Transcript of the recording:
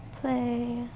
play